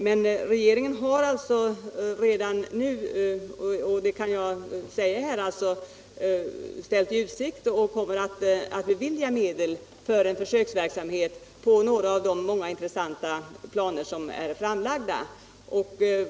Men regeringen har alltså redan nu ställt i utsikt och kommer att bevilja medel för en försöksverksamhet med några av de många intressanta planer som är framlagda.